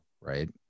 right